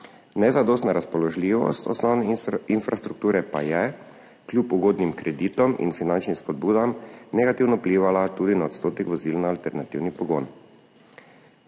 Nezadostna razpoložljivost osnovne infrastrukture pa je kljub ugodnim kreditom in finančnim spodbudam negativno vplivala tudi na odstotek vozil na alternativni pogon.